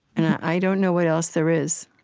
and i don't know what else there is